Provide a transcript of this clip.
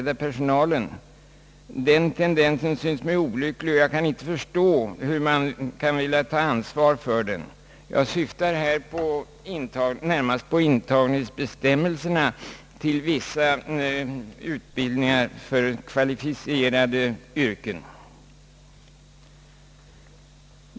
Den tendensen synes mig vara olycklig, och jag kan inte förstå hur man kan vilja ta ansvar för den — jag syftar här närmast på intagningsbestämmelserna beträffande vissa utbildningsvägar för kvalificerade yrken inom vårdområdet.